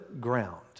ground